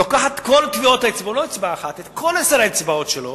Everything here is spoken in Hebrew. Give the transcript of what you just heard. לוקחת את טביעות כל עשר האצבעות שלו